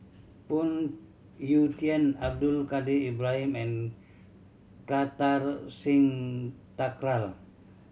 Phoon Yew Tien Abdul Kadir Ibrahim and Kartar Singh Thakral